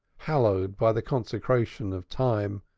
hallowed by the consecration of time,